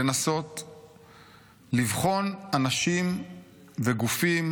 לבחון אנשים וגופים